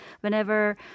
whenever